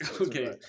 Okay